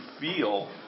feel